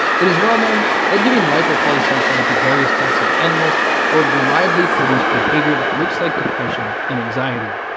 it is well known that giving lipopolysaccharide to various types of animals will reliably produce behavior that looks like depression and anxiety.